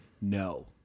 no